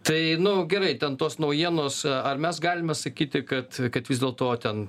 tai nu gerai ten tos naujienos ar mes galime sakyti kad kad vis dėlto ten